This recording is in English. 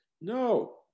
No